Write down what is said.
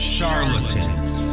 Charlatans